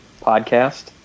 podcast